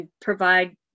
provide